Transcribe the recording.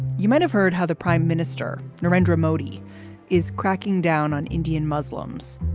you might have heard how the prime minister narendra modi is cracking down on indian muslims.